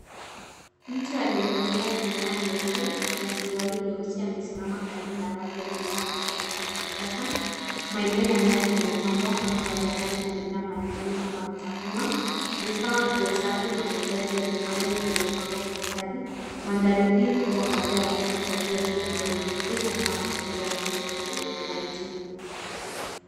Mtu aliyevalia fulana nyeupe na suruali nyeusi amesimama karibu na rafu ya bidhaa katika duka ya kisasa. Maeneo ya ndani yamepambwa na bidaa mbalimbali kama vitafunwa na vifaa vya usafi na taxi ya nyumbani imepangwa kwa ustadi .Mandari hiyo